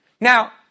Now